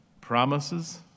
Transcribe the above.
promises